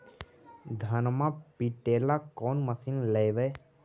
धनमा पिटेला कौन मशीन लैबै?